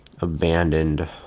abandoned